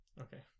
Okay